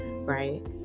Right